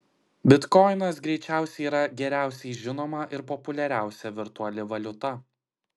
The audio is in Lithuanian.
bitkoinas greičiausiai yra geriausiai žinoma ir populiariausia virtuali valiuta